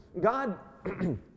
God